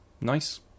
Nice